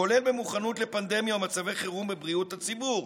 כולל במוכנות לפנדמיה ובמצבי חירום בבריאות הציבור".